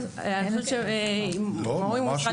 מורים באולפנים